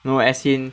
no as in